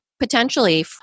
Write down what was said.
potentially